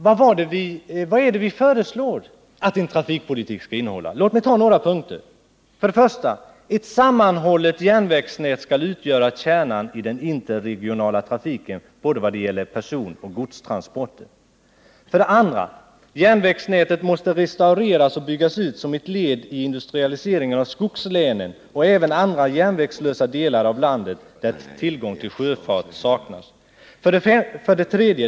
Vi föreslår i motionen att en ny trafikpolitik skall innehålla bl.a. följande punkter: Ett sammanhållet järnvägsnät skall utgöra kärnan i den interregionala trafiken när det gäller både personoch godstransporter. Järnvägsnätet måste restaureras och byggas ut, som ett led i industrialise ringen av skogslänen och även andra järnvägslösa delar av landet, där tillgång till sjöfart saknas.